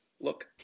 look